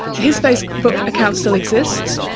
his facebook account still exists.